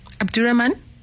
Abdurrahman